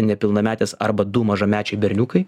nepilnametės arba du mažamečiai berniukai